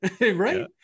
right